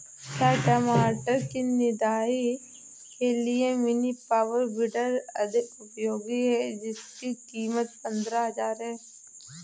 क्या टमाटर की निदाई के लिए मिनी पावर वीडर अधिक उपयोगी है जिसकी कीमत पंद्रह हजार है?